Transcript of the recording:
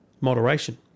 Moderation